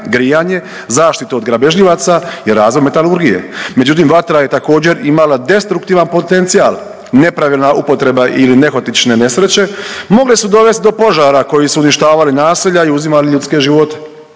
grijanje, zaštitu od grabežljivaca i razvoj metalurgije. Međutim, vatra je također, imala destruktivan potencijal, nepravilna uporaba ili nehotične nesreće mogle su dovesti do požara koji su uništavala naselja i uzimali ljudske živote.